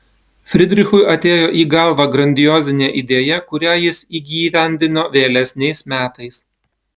fridrichui atėjo į galvą grandiozinė idėja kurią jis įgyvendino vėlesniais metais